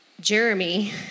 jeremy